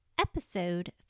Episode